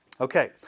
Okay